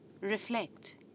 Reflect